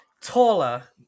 Taller